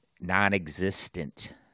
non-existent